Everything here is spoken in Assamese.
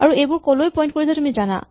আৰু এইবোৰে কলৈ পইন্ট কৰিছে তুমি জানা